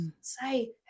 say